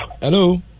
Hello